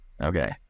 okay